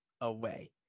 away